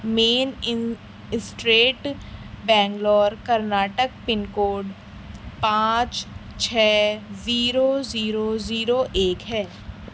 مین street Bangalore Karnataka pin code پانچ چھ zero zero zero ایک ہے